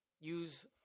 use